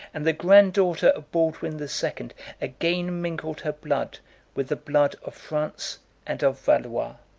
and the granddaughter of baldwin the second again mingled her blood with the blood of france and of valois.